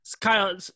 kyle